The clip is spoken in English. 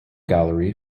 gallery